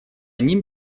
ним